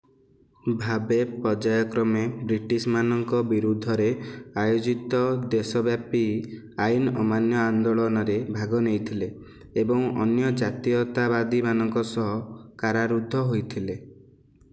ଭାବେ ପର୍ଯ୍ୟାୟକ୍ରମେ ବ୍ରିଟିଶ୍ ମାନଙ୍କ ବିରୁଦ୍ଧରେ ଆୟୋଜିତ ଦେଶବ୍ୟାପୀ ଆଇନ୍ ଅମାନ୍ୟ ଆନ୍ଦୋଳନରେ ଭାଗ ନେଇଥିଲେ ଏବଂ ଅନ୍ୟ ଜାତୀୟତାବାଦୀ ମାନଙ୍କ ସହ କାରାରୁଦ୍ଧ ହୋଇଥିଲେ